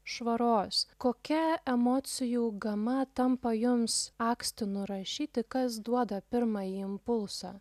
švaros kokia emocijų gama tampa jums akstinu rašyti kas duoda pirmąjį impulsą